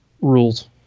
rules